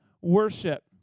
worship